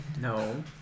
no